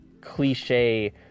cliche